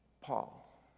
Paul